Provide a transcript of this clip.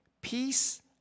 Peace